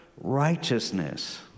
righteousness